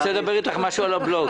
התאריך מפורסם בחוזר.